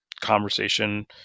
conversation